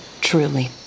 truly